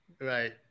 Right